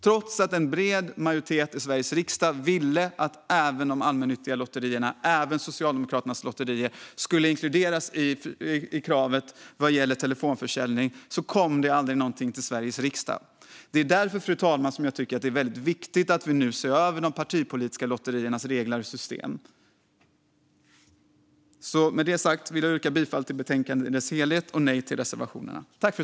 Trots att en bred majoritet i Sveriges riksdag ville att även de allmännyttiga lotterierna och Socialdemokraternas lotteri skulle inkluderas i kravet vad gäller telefonförsäljning kom det aldrig något förslag till Sveriges riksdag. Fru talman! Det är därför som jag tycker att det är väldigt viktigt att vi nu ser över de partipolitiska lotteriernas regler och system. Men det sagt yrkar jag bifall till utskottets förslag i betänkandet i dess helhet och avslag på reservationerna.